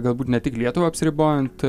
galbūt ne tik lietuva apsiribojant